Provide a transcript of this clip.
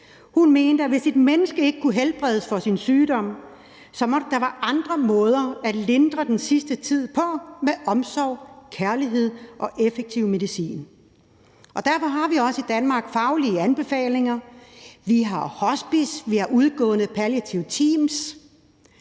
Hun mente, at hvis et menneske ikke kunne helbredes for sin sygdom, måtte der i den sidste tid være andre måder at lindre på, og det var at lindre med omsorg, kærlighed og effektiv medicin. Derfor har vi også i Danmark faglige anbefalinger. Vi har hospicer, vi har udgående palliative teams,